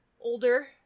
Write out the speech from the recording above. older